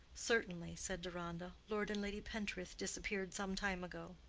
certainly, said deronda. lord and lady pentreath disappeared some time ago.